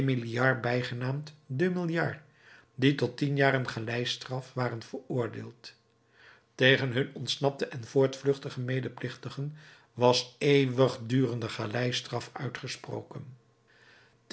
demi liard bijgenaamd deux milliards die tot tien jaren galeistraf waren veroordeeld tegen hun ontsnapte en voortvluchtige medeplichtigen was eeuwigdurende galeistraf uitgesproken